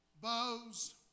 bows